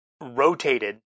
rotated